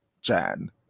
jan